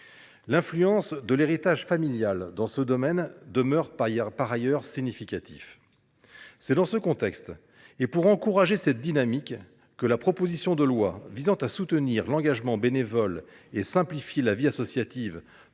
L’influence de l’héritage familial dans ce domaine demeure par ailleurs significative. C’est dans ce contexte, et pour encourager cette dynamique, que la proposition de loi visant à soutenir l’engagement bénévole et à simplifier la vie associative,